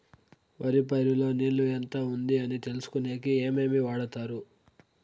వరి పైరు లో నీళ్లు ఎంత ఉంది అని తెలుసుకునేకి ఏమేమి వాడతారు?